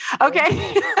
Okay